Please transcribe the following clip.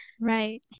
Right